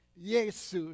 Jesus